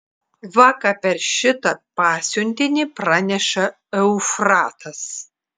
va ką per šitą pasiuntinį praneša eufratas